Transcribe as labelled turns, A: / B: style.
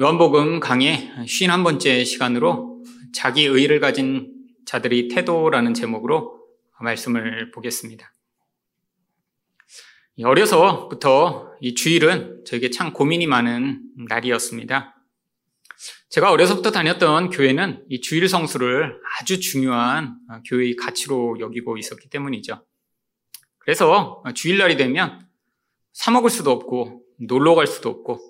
A: 요한복음 강의 51번째 시간으로 자기 의의를 가진 자들의 태도라는 제목으로 말씀을 보겠습니다. 이, 어려서부터 이 주일은 저에게 참 고민이 많은 날이었습니다. 제가 어려서부터 다녔던 교회는 이 주일 성수를 아주 중요한 교회의 가치로 여기고 있었기 때문이죠. 그래서 주일날이 되면 사 먹을 수도 없고 놀러 갈 수도 없고